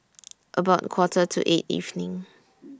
about Quarter to eight evening